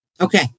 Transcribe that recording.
Okay